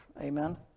Amen